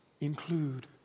include